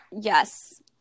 Yes